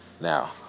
Now